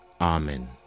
Amen